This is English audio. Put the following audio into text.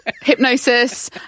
hypnosis